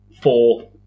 four